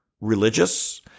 religious